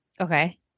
Okay